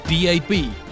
DAB